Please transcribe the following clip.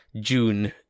June